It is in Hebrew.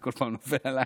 אני כל פעם נופל עלייך,